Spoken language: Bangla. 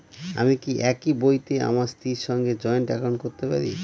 আমি কি একই বইতে আমার স্ত্রীর সঙ্গে জয়েন্ট একাউন্ট করতে পারি?